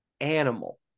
animal